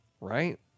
Right